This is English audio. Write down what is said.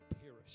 perish